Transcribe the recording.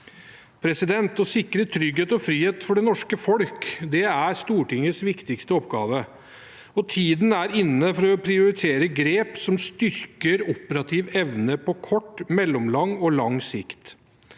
Å sikre trygghet og frihet for det norske folk er Stortingets viktigste oppgave. Tiden er inne for å prioritere grep som styrker operativ evne på kort, mellomlang og lang sikt.